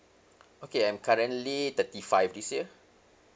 okay I'm currently thirty five this year